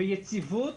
יציבות